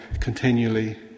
continually